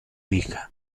hija